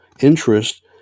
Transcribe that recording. interest